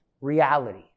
reality